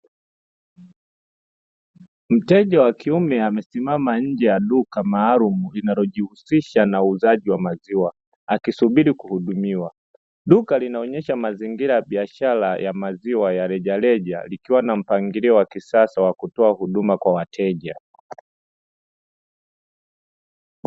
Mteja wa kiume amesimama nje ya duka maalumu linalojihusisha na uuzaji wa maziwa akisubiri kuhudumiwa. Duka linaonyesha mazingira ya biashara ya maziwa ya rejareja, likiwa na mpangilio wa kisasa wa kutoa huduma kwa wateja.